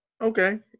Okay